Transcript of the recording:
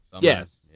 Yes